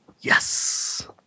Yes